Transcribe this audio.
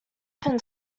open